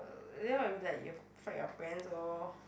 if like you fight your parents orh